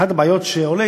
אחת הבעיות שעולה,